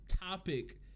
topic